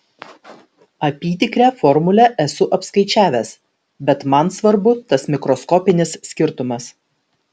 apytikrę formulę esu apskaičiavęs bet man svarbu tas mikroskopinis skirtumas